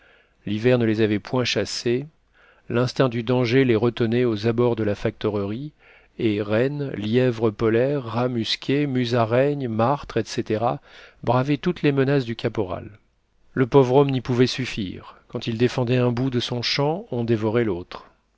l'hiver ne les avait point chassés l'instinct du danger les retenait aux abords de la factorerie et rennes lièvres polaires rats musqués musaraignes martres etc bravaient toutes les menaces du caporal le pauvre homme n'y pouvait suffire quand il défendait un bout de son champ on dévorait l'autre